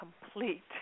complete